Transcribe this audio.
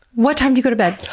what time do you go to bed?